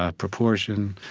ah proportion.